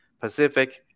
Pacific